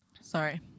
sorry